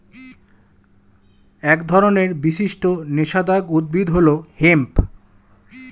এক ধরনের বিশিষ্ট নেশাদায়ক উদ্ভিদ হল হেম্প